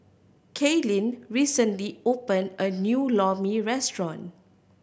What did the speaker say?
Kailyn recently opened a new Lor Mee restaurant